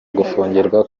gufungirwa